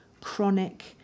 chronic